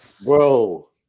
bro